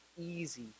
easy